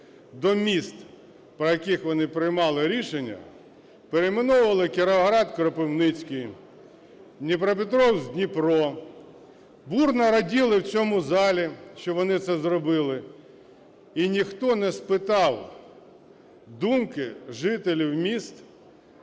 до міст, по яких вони приймали рішення, перейменовували Кіровоград в Кропивницький, Дніпропетровськ в Дніпро. Бурно раділи в цьому залі, що вони це зробили. І ніхто не спитав думки у жителів міст,